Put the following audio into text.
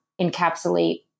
encapsulate